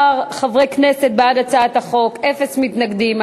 13 חברי כנסת בעד הצעת החוק, אין מתנגדים.